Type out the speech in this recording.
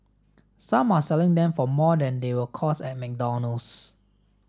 some are selling them for more than they will cost at McDonald's